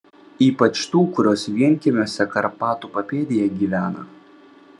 ypač tų kurios vienkiemiuose karpatų papėdėje gyvena